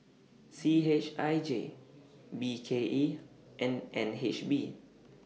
C H I J B K E and N H B